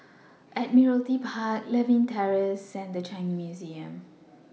Admiralty Park Lewin Terrace and The Changi Museum